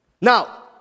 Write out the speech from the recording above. Now